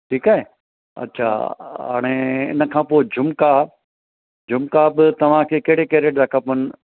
ठीकु आहे अछा हाणे इन खां पोइ झुमका झुमका बि तवांखे कहिड़े कैरेट जा खपनि